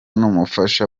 n’umufasha